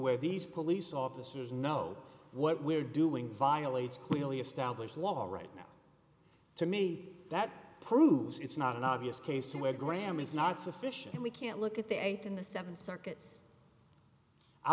where these police officers know what we're doing violates clearly established law right now to me that proves it's not an obvious case where graham is not sufficient and we can't look at the end in the seven circuits i